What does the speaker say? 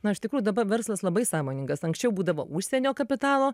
na iš tikrųjų daba verslas labai sąmoningas anksčiau būdavo užsienio kapitalo